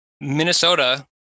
Minnesota